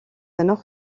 nord